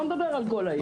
לא מדבר על כל העיר,